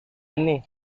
ini